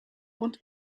und